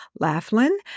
Laughlin